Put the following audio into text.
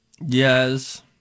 Yes